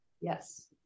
yes